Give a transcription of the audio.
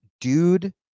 dude